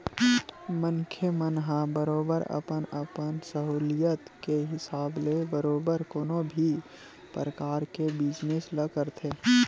मनखे मन ह बरोबर अपन अपन सहूलियत के हिसाब ले बरोबर कोनो भी परकार के बिजनेस ल करथे